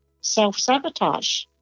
self-sabotage